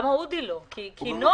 למה אודי לא נמצא?